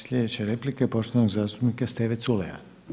Slijedeća replika je poštovanog zastupnika Steve Culeja.